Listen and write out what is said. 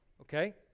okay